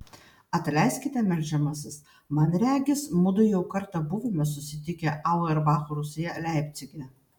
atleiskite meldžiamasis man regis mudu jau kartą buvome susitikę auerbacho rūsyje leipcige